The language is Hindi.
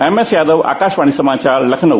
एमएस यादव आकाशवाणी समाचार लखनऊ